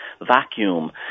vacuum